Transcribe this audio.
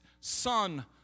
son